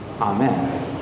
Amen